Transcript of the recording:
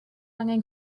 angen